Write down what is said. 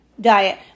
diet